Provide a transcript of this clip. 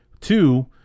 two